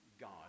God